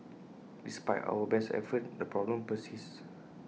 despite our best efforts the problem persists